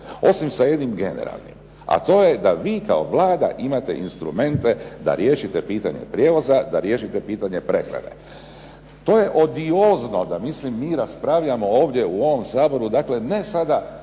osim sa jednim generalnim, a to je da vi kao Vlada imate instrumente da riješite pitanje prijevoza, da riješite pitanje prehrane. To je odiozno da mislim mi raspravljamo ovdje u ovom Saboru, dakle ne sada